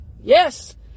Yes